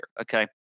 Okay